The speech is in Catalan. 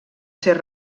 ser